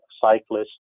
cyclists